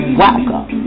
welcome